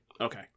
Okay